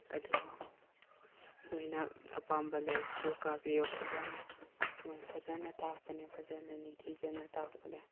ꯑꯗꯨ ꯅꯣꯏꯅ ꯑꯄꯥꯝꯕ ꯂꯩꯔꯁꯨ ꯀꯥꯕꯤꯌꯨ ꯐꯖꯅ ꯃꯣꯏ ꯐꯖꯅ ꯇꯥꯛꯄꯅꯤ ꯐꯖꯅ ꯅꯤꯡꯊꯤꯖꯅ ꯇꯥꯛꯄꯅꯤ